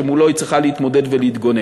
שמולו היא צריכה להתמודד ולהתגונן.